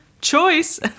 choice